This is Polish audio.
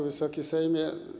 Wysoki Sejmie!